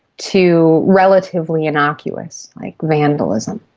to relatively innocuous, like vandalism.